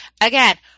Again